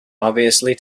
obviously